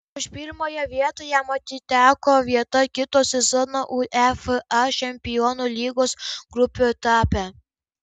už pirmąją vietą jam atiteko vieta kito sezono uefa čempionų lygos grupių etape